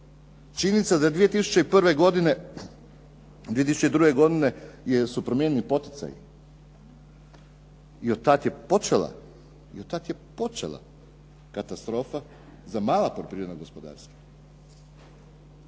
godine, 2002. godine su promijenjeni poticaji i od tada je počela katastrofa za mala poljoprivredna gospodarstva.